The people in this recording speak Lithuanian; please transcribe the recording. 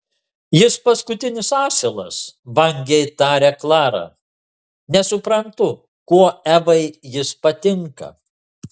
jis paskutinis asilas vangiai taria klara nesuprantu kuo evai jis patinka